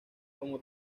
como